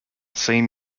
same